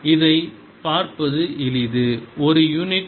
அதைப் பார்ப்பது எளிது ஒரு யூனிட் கன அளவு